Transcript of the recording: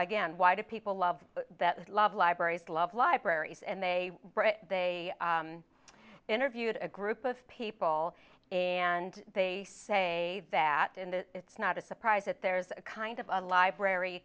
again why do people love that love libraries love libraries and they they interviewed a group of people and they say that in that it's not a surprise that there's a kind of a library